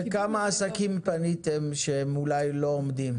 לכמה עסקים פניתם שהם אולי לא עומדים?